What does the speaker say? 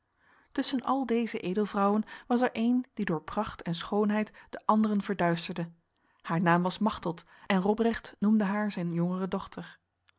tussen al deze edelvrouwen was er één die door pracht en schoonheid de anderen verduisterde haar naam was machteld en robrecht noemde haar zijn jongere dochter